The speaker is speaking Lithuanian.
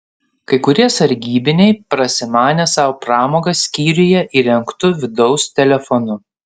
kai kurie sargybiniai prasimanė sau pramogą skyriuje įrengtu vidaus telefonu